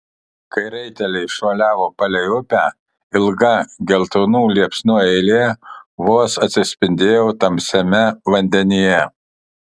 kai raiteliai šuoliavo palei upę ilga geltonų liepsnų eilė vos atsispindėjo tamsiame vandenyje